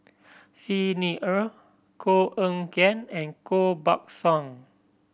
Xi Ni Er Koh Eng Kian and Koh Buck Song